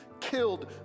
killed